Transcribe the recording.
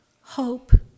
hope